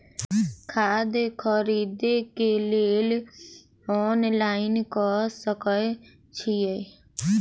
खाद खरीदे केँ लेल ऑनलाइन कऽ सकय छीयै?